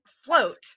Float